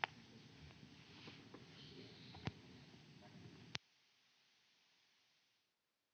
Kiitos.